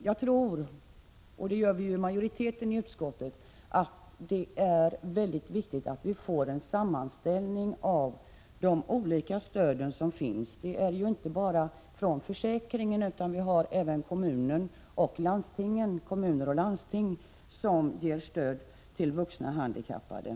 Jag, och även majoriteten i utskottet, tror att det är mycket viktigt att vi får en sammanställning av de olika stöd som finns. Det rör sig ju inte bara om försäkringen, utan även kommuner och landsting ger stöd till vuxna handikappade.